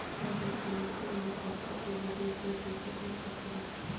का हम यू.पी.आई खाता से विदेश में पइसा भेज सकिला?